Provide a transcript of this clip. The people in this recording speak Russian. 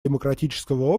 демократического